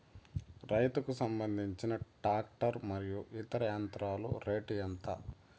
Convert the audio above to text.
రైతుకు సంబంధించిన టాక్టర్ మరియు ఇతర యంత్రాల రేటు ఎంత?